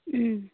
ꯎꯝ